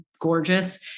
gorgeous